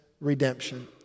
redemption